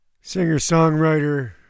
Singer-songwriter